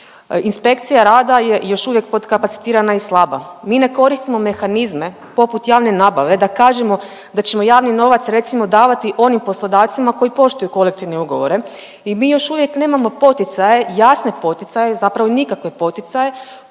Inspekcija rada je još uvijek podkapacitirana i slaba. Mi ne koristimo mehanizme poput javne nabave da kažemo da ćemo javni novac recimo davati onim poslodavcima koji poštuju kolektivne ugovore i mi još uvijek nemamo poticaje, jasne poticaje zapravo nikakve poticaje